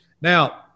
Now